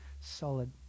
solid